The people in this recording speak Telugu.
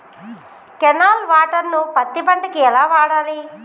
కెనాల్ వాటర్ ను పత్తి పంట కి ఎలా వాడాలి?